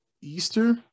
Easter